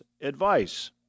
advice